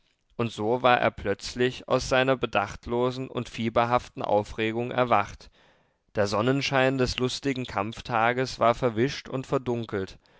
und so war er plötzlich aus seiner bedachtlosen und fieberhaften aufregung erwacht der sonnenschein des lustigen kampftages war verwischt und verdunkelt